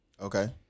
okay